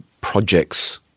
projects